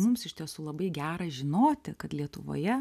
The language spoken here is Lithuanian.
mums iš tiesų labai gera žinoti kad lietuvoje